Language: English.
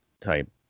type